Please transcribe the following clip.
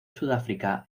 sudáfrica